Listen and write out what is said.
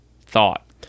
thought